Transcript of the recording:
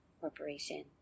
Corporation